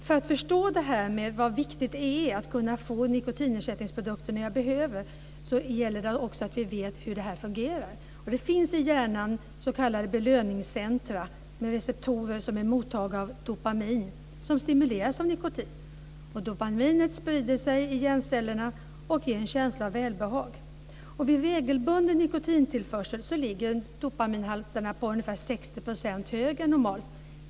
För att förstå hur viktigt det är att kunna få nikotinersättningsprodukter när man behöver gäller det att vi vet hur det här fungerar. Det finns i hjärnan s.k. belöningscentrum med receptorer som är mottagare av dopamin, som stimuleras av nikotin. Dopaminet sprider sig i hjärncellerna och ger en känsla av välbehag. Vid regelbunden nikotintillförsel ligger dopaminhalterna ungefär 60 % högre än normalt.